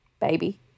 baby